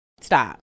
Stop